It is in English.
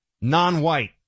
Non-white